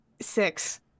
six